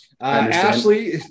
Ashley